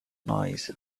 noise